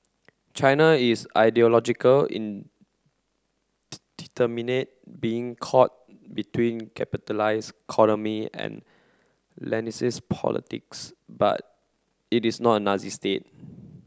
China is ideological being caught between capitalist and politics but it is not a Nazi state